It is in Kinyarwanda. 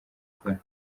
akora